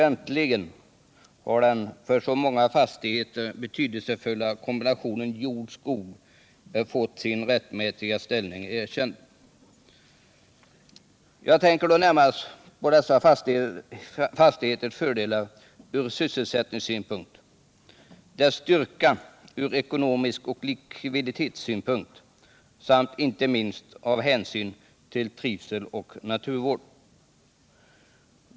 Äntligen har den för många fastigheter betydelsefulla kombinationen jord-skog fått sin rättmätiga ställning erkänd. Jag tänker då närmast på dessa fastigheters fördelar ur sysselsättningssynpunkt, deras styrka ur ekonomisk och likviditetsmässig synpunkt samt inte minst av hänsyn till trivsel och naturvård.